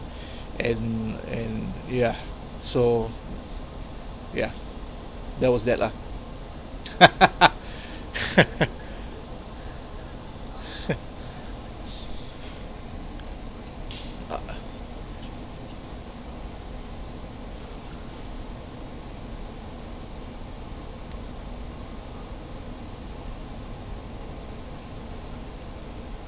and and yeah so yeah that was that lah